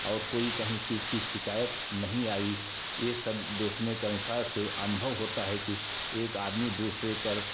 और कोई कहीं चीज की शिकायत नहीं आई ये सब देखने के अनुसार से अनुभव होता है कि एक आदमी दूसरे पर